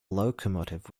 locomotive